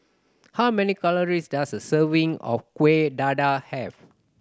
how many calories does a serving of Kuih Dadar have